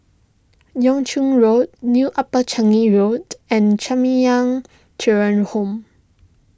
Yuan Ching Road New Upper Changi Road and Jamiyah Children's Home